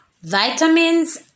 vitamins